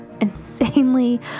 insanely